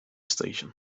station